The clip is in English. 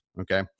Okay